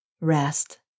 Rest